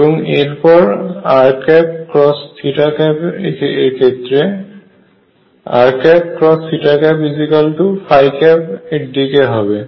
এবং এরপরে r এর ক্ষেত্রে r এর দিকে হবে